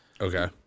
Okay